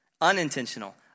Unintentional